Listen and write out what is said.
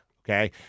Okay